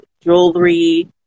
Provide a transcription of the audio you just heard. jewelry